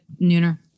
nooner